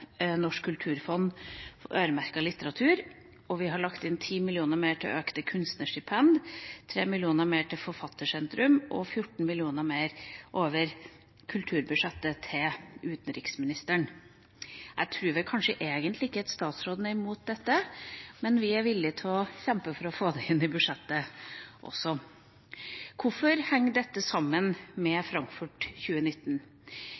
Norsk kulturfond, øremerket litteratur, og vi har lagt inn 10 mill. kr mer til økte kunstnerstipend, 3 mill. kr mer til Norsk Forfattersentrum og 14 mill. kr mer over kulturbudsjettet til utenriksministeren. Jeg tror vel kanskje egentlig ikke at statsråden er imot dette, men vi er villige til å kjempe for å få det inn i budsjettet også. Hvorfor henger dette sammen med Frankfurt 2019?